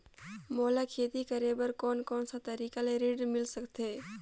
मोला खेती करे बर कोन कोन सा तरीका ले ऋण मिल सकथे?